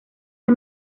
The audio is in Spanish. las